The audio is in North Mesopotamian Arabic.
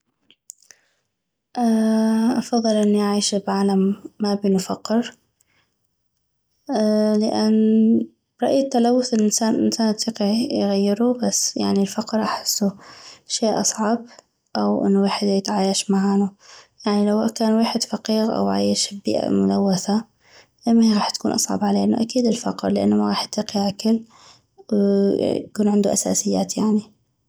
افضل اني اعيش بعالم ما بينو فقر لان برايي التلوث الانسان يطيق يغيرو بس يعني الفقر احسو شي اصعب او انو ويحد يتعايش معانو يعني لو كان ويحد فقيغ او عيش ببيئة ملوثة ايمهي غاح تكون اصعب علينو اكيد الفقر لان ما غاح يطيق ياكل ويكون عندو اساسيات يعني